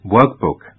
Workbook